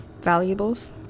Valuables